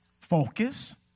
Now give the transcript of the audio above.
focus